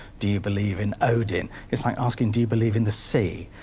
do you believe in odin? it's like asking do you believe in the sea?